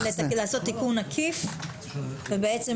אנחנו מעוניינים לעשות תיקון עקיף ולקבוע